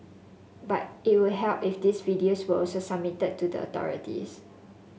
but it would help if these videos were also submitted to the authorities